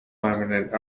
laminate